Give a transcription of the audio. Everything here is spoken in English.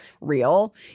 real